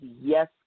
yes